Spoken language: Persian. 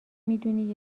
میدونی